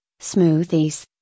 smoothies